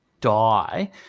die